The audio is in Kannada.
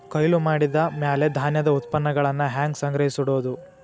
ಕೊಯ್ಲು ಮಾಡಿದ ಮ್ಯಾಲೆ ಧಾನ್ಯದ ಉತ್ಪನ್ನಗಳನ್ನ ಹ್ಯಾಂಗ್ ಸಂಗ್ರಹಿಸಿಡೋದು?